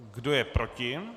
Kdo je proti?